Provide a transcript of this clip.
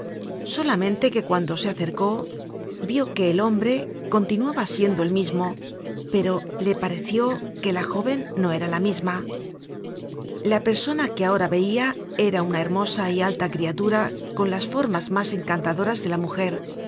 solamente que cuando se aceroó vió que el hombre continuaba siendo el mismo pero le pareció que la jóven no era la misma la persona que ahora veia era una hermosa y alta criatura con las formas mas encantadoras de la mujer